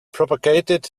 propagated